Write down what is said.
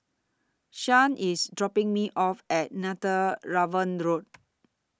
Sean IS dropping Me off At Netheravon Road